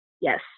Yes